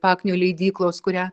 paknio leidyklos kurią